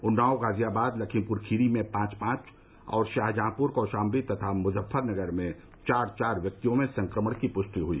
उन्नाव गाजियाबाद लखीमपुरखीरी में पांच पांच और शाहजहांपुर कौशाम्बी तथा मुजफ्फरनगर में चार चार व्यक्तियों में संक्रमण की पुष्टि हुई